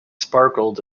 sparkled